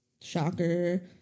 Shocker